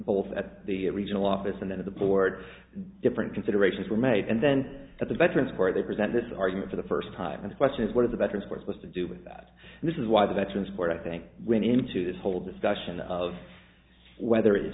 both at the regional office and then the board different considerations were made and then at the veterans court they present this argument for the first time the question is whether the veterans were supposed to do without and this is why the veterans court i think when into this whole discussion of whether it